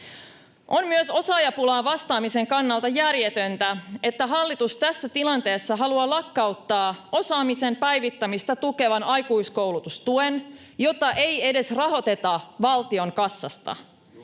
On myös osaajapulaan vastaamisen kannalta järjetöntä, että hallitus tässä tilanteessa haluaa lakkauttaa osaamisen päivittämistä tukevan aikuiskoulutustuen, jota ei edes rahoiteta valtion kassasta.